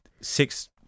Six